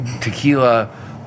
tequila